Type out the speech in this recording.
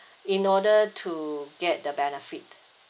in order to get the benefit